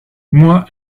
moi